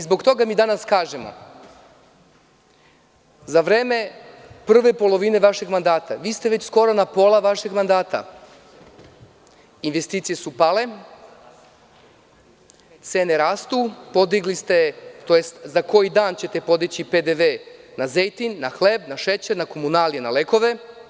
Zbog toga mi danas kažemo – za vreme prve polovine vašeg mandata, vi ste već skoro na pola vašeg mandata, investicije su pale, cene rastu, podigli ste, tj. za koji dan ćete podići PDV na zejtin, na hleb, na šećer, na komunalije, na lekove.